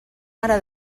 mare